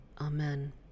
Amen